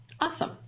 Awesome